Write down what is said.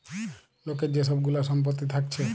লোকের যে সব গুলা সম্পত্তি থাকছে